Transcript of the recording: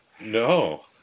No